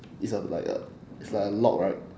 it's a like a it's like a lock right